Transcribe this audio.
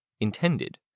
intended